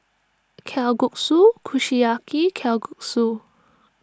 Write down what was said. Kalguksu Kushiyaki Kalguksu